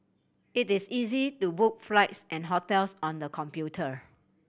it is easy to book flights and hotels on the computer